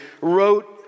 wrote